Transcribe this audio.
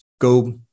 go